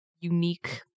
unique